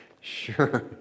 sure